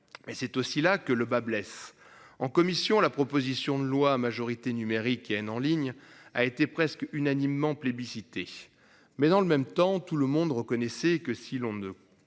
Mais c'est aussi là que le bât blesse en commission la proposition de loi majorité numérique haine en ligne a été presque unanimement plébiscitée. Mais dans le même temps, tout le monde reconnaissait que si l'on ne contraint